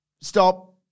Stop